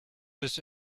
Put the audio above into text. this